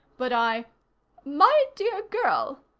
but i my dear girl,